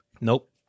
nope